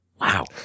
Wow